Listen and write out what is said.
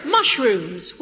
Mushrooms